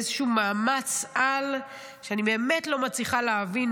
באיזשהו מאמץ-על שאני באמת לא מצליחה להבין,